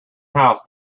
house